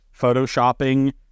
photoshopping